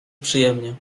przyjemnie